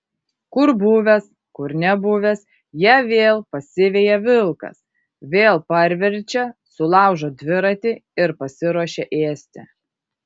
kur buvęs kur nebuvęs ją vėl pasiveja vilkas vėl parverčia sulaužo dviratį ir pasiruošia ėsti